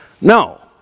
no